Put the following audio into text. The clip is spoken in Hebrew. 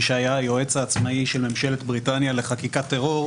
מי שהיה היועץ העצמאי של ממשלת בריטניה לחקיקת טרור,